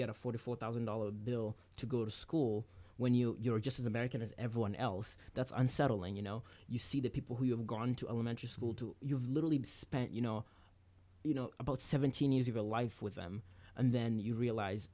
get a forty four thousand dollars bill to go to school when you're just as american as everyone else that's unsettling you know you see the people who have gone to elementary school to you've literally spent you know you know about seventeen years of a life with them and then you realize